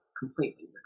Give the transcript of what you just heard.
completely